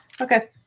Okay